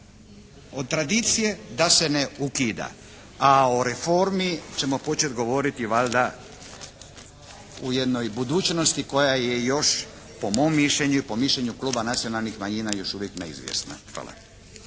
od tradicije da se ne ukida, a o reformi ćemo početi govoriti valjda u jednoj budućnosti koja je još po mom mišljenju i po mišljenju kluba Nacionalnih manjina još uvijek neizvjesna. Hvala.